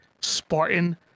Spartan